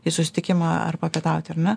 į susitikimą ar papietauti ar ne